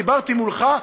דיברתי מולך,